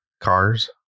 cars